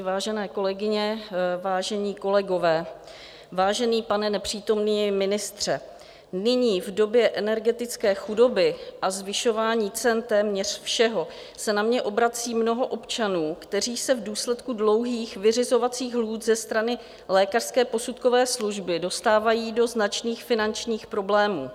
Vážené kolegyně, vážení kolegové, vážený pane nepřítomný ministře, nyní v době energetické chudoby a zvyšování cen téměř všeho se na mě obrací mnoho občanů, kteří se v důsledku dlouhých vyřizovacích lhůt ze strany lékařské posudkové služby dostávají do značných finančních problémů.